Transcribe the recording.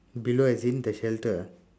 below as in the shelter ah